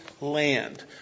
land